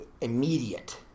immediate